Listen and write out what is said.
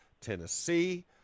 Tennessee